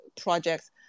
projects